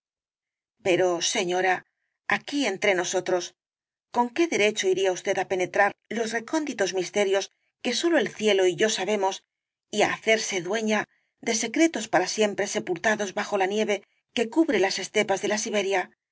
pero señora aquí para entre nosotros con qué derecho iría usted á penetrar los recónditos misterios que sólo el cielo y yo sabemos y á hacerse dueña de secretos para siempre sepultados bajo la nieve que cubre las estepas de la siberia